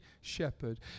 shepherd